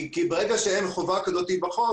כי ברגע שאין חובה כזאת בחוק,